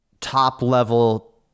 top-level